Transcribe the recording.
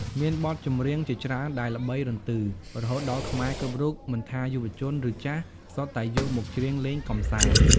មានបទចម្រៀងជាច្រើនដែលល្បីរន្ទឺ រហូតដល់ខ្មែរគ្រប់រូប មិនថាយុវជន ឬចាស់ សុទ្ធតែយកមកច្រៀងលេងកម្សាន្ត។